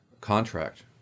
contract